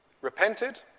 repented